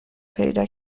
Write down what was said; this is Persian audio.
پیدا